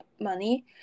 money